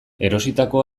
erositako